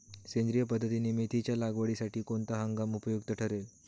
सेंद्रिय पद्धतीने मेथीच्या लागवडीसाठी कोणता हंगाम उपयुक्त ठरेल?